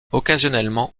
occasionnellement